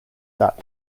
that